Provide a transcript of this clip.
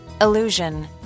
Illusion